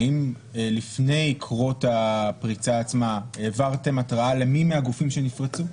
האם לפני קרות הפריצה עצמה העברתם התראה למי מהגופים שנפרצו?